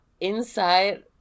inside